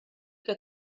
que